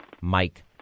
Mike